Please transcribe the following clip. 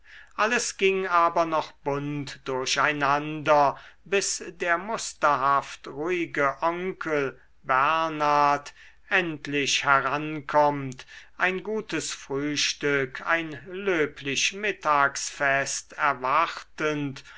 alles ging aber noch bunt durcheinander bis der musterhaft ruhige onkel bernard endlich herankommt ein gutes frühstück ein löblich mittagsfest erwartend